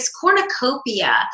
cornucopia